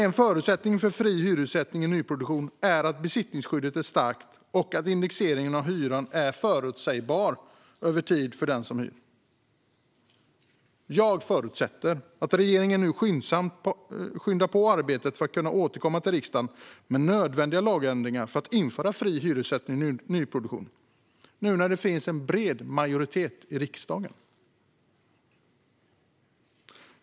En förutsättning för fri hyressättning i nyproduktion är att besittningsskyddet är starkt och att indexeringen av hyran är förutsägbar över tid för den som hyr. Jag förutsätter att regeringen nu skyndar på arbetet för att kunna återkomma till riksdagen med nödvändiga lagändringar för att införa fri hyressättning i nyproduktion, då det nu finns en bred majoritet i riksdagen.